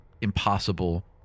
impossible